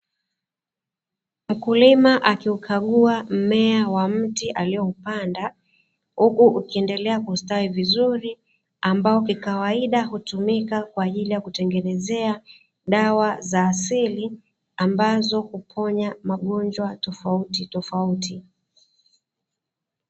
Mkulima akiukagua mmea wa mti alioupanda huku ukiendelea kustawi vizuri, ambao kikawaida hutumika kwa ajili ya kutengeneza dawa za asili ambazo kuponya magonjwa tofauti tofauti.